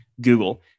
Google